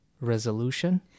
resolution